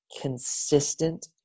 consistent